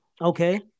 Okay